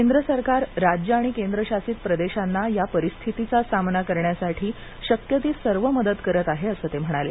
केंद्र सरकार राज्य आणि केंद्रशासित प्रदेशांना या परिस्थितीचा सामना करण्यासाठी शक्य ती सर्व मदत करत आहे असं ते म्हणाले